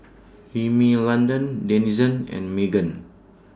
Rimmel London Denizen and Megan